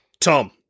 Tom